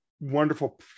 wonderful